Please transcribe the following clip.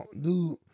dude